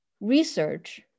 research